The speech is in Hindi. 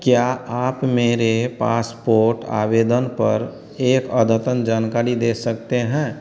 क्या आप मेरे पासपोर्ट आवेदन पर एक अद्यतन जानकारी दे सकते हैं